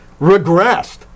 regressed